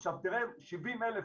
עכשיו, תראה, שבעים אלף